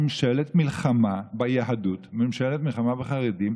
ממשלת מלחמה ביהדות וממשלת מלחמה בחרדים.